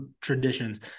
traditions